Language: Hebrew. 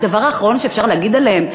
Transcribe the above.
הדבר האחרון שאפשר להגיד עליהם.